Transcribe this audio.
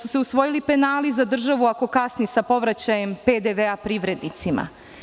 Usvojili su se penali za državu ako kasni sa povraćajem PDV privrednicima.